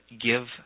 give